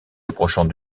approchant